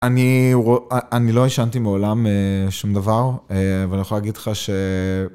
אני לא האשמתי מעולם משום דבר ואני יכול להגיד לך ש...